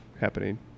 happening